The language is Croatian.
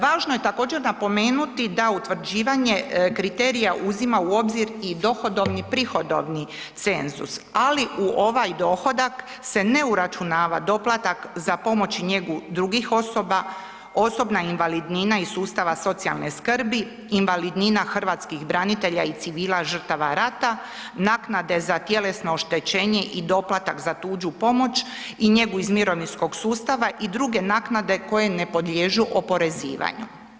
Važno je također napomenuti da utvrđivanje kriterija uzima u obzir i dohodovni i prihodovni cenzus, ali u ovaj dohodak se ne uračunava doplatak za pomoć i njegu drugih osoba, osobna invalidnina iz sustava socijalne skrbi, invalidnina hrvatskih branitelja i civila žrtava rata, naknade za tjelesno oštećenje i doplatak za tuđu pomoć i njegu iz mirovinskog sustava i druge naknade koje ne podliježu oporezivanju.